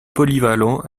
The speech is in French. polyvalent